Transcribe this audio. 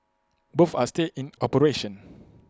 both are still in operation